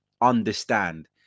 understand